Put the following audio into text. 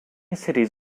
cities